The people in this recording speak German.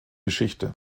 geschichte